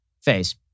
phase